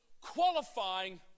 qualifying